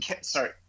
sorry